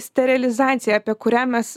sterilizacija apie kurią mes